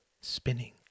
spinning